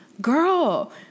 girl